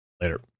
Later